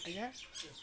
होइन